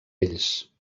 ells